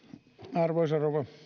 arvoisa rouva